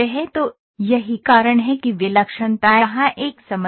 तो यही कारण है कि विलक्षणता यहाँ एक समस्या है